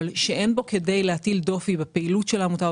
אבל אין בו כדי להטיל דופי בפעילות של העמותה,